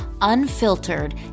unfiltered